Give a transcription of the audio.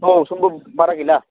औ समफोर बारा गैला